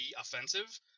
offensive